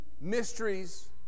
mysteries